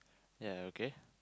ya okay